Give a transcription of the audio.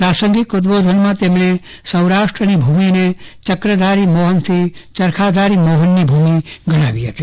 પ્રાસંગિક ઉદબોધનમાં તેમણે સૌરાષ્ટ્રની ભૂમિને ચક્રધારી મોહનથી ચરખાધારી મોહનની ભૂમિ ગણાવી હતી